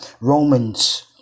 Romans